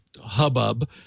hubbub